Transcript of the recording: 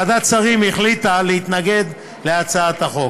ועדת השרים החליטה להתנגד להצעת החוק.